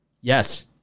Yes